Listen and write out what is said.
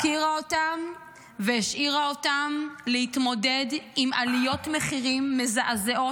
הפקירה אותם והשאירה אותם להתמודד עם עליות מחירים מזעזעות,